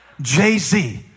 jay-z